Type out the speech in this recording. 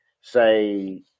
say